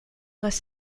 les